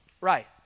right